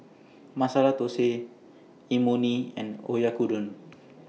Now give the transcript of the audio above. Masala Dosi Imoni and Oyakodon